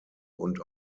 und